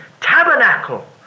tabernacle